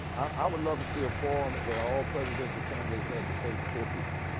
i would love to see a forum where all presidential candidates had to face poor people.